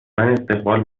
استقبال